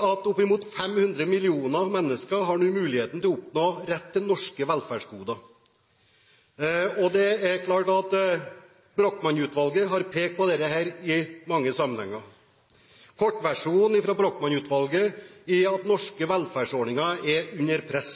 at oppimot 500 millioner mennesker nå har muligheten til å oppnå rett til norske velferdsgoder. Brochmann-utvalget har pekt på dette i mange sammenhenger. Kortversjonen fra Brochmann-utvalget er at norske velferdsordninger er under press.